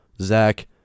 Zach